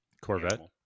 Corvette